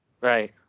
Right